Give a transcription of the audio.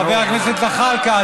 חבר הכנסת זחאלקה,